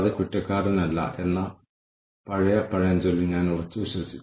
തുടർന്ന് നിലനിർത്തൽ വിശ്വസ്തത ജോലി സംതൃപ്തി എന്നിവ വിലയിരുത്തപ്പെടുന്നു